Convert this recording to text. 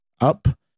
up